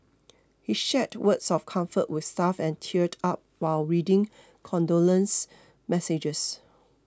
he shared words of comfort with staff and teared up while reading condolence messages